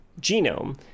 genome